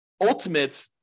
ultimate